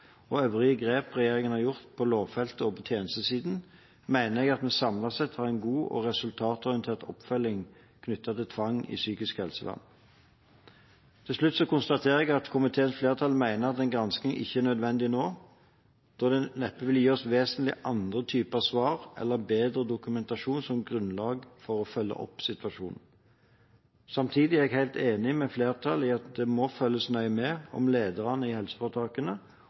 og øvrige grep regjeringen har gjort på lovfeltet og på tjenestesiden, mener jeg at vi samlet sett har en god og resultatorientert oppfølging knyttet til tvang i psykisk helsevern. Til slutt konstaterer jeg at komiteens flertall mener at en gransking ikke er nødvendig nå, da det neppe vil gi oss vesentlig andre typer svar eller bedre dokumentasjon som grunnlag for å følge opp situasjonen. Samtidig er jeg helt enig med flertallet i at det må følges nøye med på om lederne i helseforetakene